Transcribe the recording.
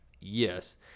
yes